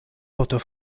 poto